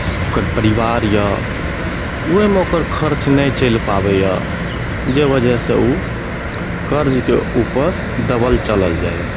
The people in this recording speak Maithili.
ओकर परिवार यऽ ओहिमे ओकर खर्च नहि चलि पाबैए जे ओजहसँ ओ कर्जके ऊपर दबल चलल जाइए